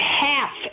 half